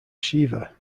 shiva